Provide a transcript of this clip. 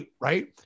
right